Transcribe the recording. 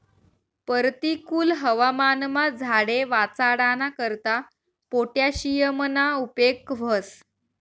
परतिकुल हवामानमा झाडे वाचाडाना करता पोटॅशियमना उपेग व्हस